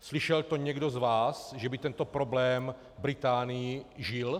Slyšel to někdo z vás, že by tento problém v Británii žil?